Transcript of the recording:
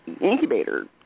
incubator